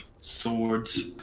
Swords